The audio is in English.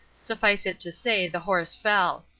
suffice it to say the horse fell.